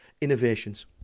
innovations